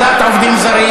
בעד, 47, 14 מתנגדים.